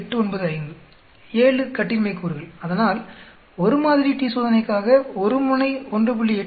895 7 கட்டின்மை கூறுகள் அதனால் ஒரு மாதிரி t சோதனைக்காக ஒரு முனை 1